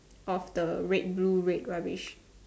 of the red blue red rubbish